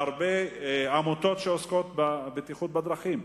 והרבה עמותות, שעוסקות בבטיחות בדרכים.